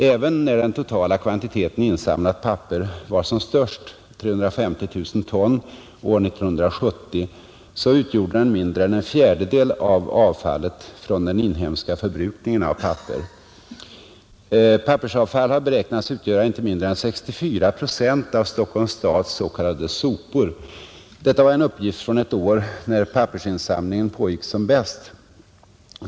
Även när den totala kvantiteten insamlat papper var som störst — 350 000 ton år 1970 — utgjorde den mindre än en fjärdedel av avfallet från den inhemska förbrukningen av papper. Pappersavfall har beräknats utgöra inte mindre än 64 procent av Stockholms stads s.k. sopor. Detta var en uppgift från ett år när pappersinsamlingen pågick som bäst.